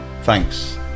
thanks